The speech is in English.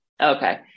Okay